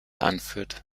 anführt